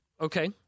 Okay